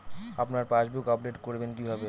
আপনার passbook update করবেন কিভাবে?